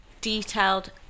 detailed